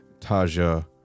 Taja